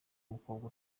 umukobwa